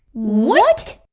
what?